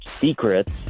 secrets